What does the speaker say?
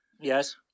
Yes